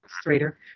straighter